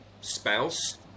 spouse